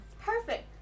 Perfect